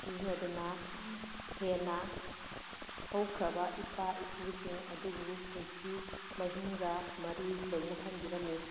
ꯁꯤꯖꯤꯟꯅꯗꯨꯅ ꯍꯦꯟꯅ ꯍꯧꯈ꯭ꯔꯕ ꯏꯄꯥ ꯏꯄꯨꯁꯤꯡ ꯑꯗꯨꯕꯨ ꯄꯨꯟꯁꯤ ꯃꯍꯤꯡꯒ ꯃꯔꯤ ꯂꯩꯅꯍꯟꯕꯤꯔꯝꯃꯤ